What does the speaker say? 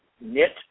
knit